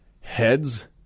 heads